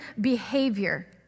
behavior